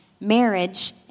marriage